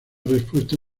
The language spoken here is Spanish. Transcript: respuesta